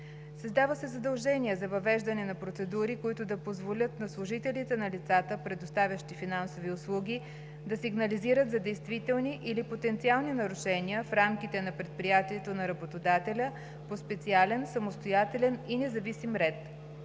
Създава се задължение за въвеждане на процедури, които да позволят на служителите на лицата, предоставящи финансови услуги, да сигнализират за действителни или потенциални нарушения в рамките на предприятието на работодателя по специален, самостоятелен и независим ред.